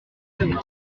produit